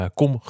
kom